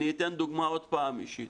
אני אתן דוגמה עוד פעם אישית.